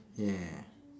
ya